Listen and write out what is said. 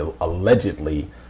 allegedly